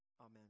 Amen